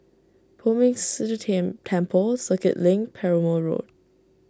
Poh Ming Tse Temple Circuit Link Perumal Road